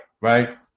right